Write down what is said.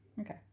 Okay